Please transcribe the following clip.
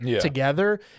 together